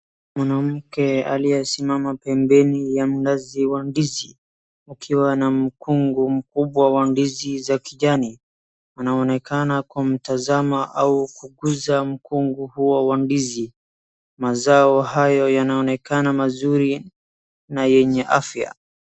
Mwanamke aliyesimama pembeni ya mnazi wa ndizi akiwa na mkungu mkubwa wa ndizi za kijani, anaonekana kumtazama au kukuza mkungu huo wa ndizi. Mazao hayo yanaonekana mazuri na yenye afya.